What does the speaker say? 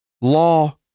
law